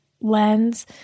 lens –